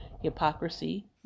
hypocrisy